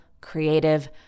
creative